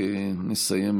אם כך, יש לנו